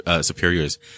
superiors